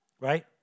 Right